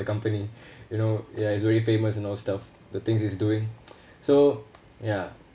company you know ya it's very famous and all stuff the things he's doing so ya